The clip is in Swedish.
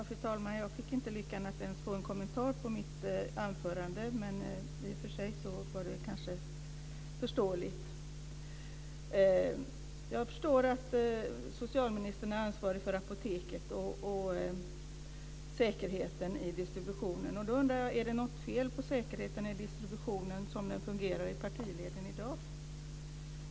Fru talman! Jag hade inte lyckan att ens få en kommentar till mitt anförande, men det kanske är förståeligt. Jag förstår att socialministern är ansvarig för Apoteket och säkerheten i distributionen. Då undrar jag: Är det något fel på säkerheten i distributionen som den fungerar i partileden i dag?